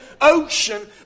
Ocean